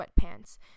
sweatpants